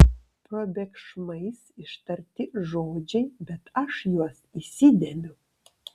probėgšmais ištarti žodžiai bet aš juos įsidėmiu